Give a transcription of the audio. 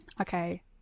Okay